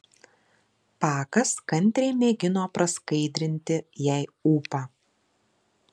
pakas kantriai mėgino praskaidrinti jai ūpą